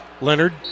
Leonard